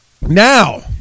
Now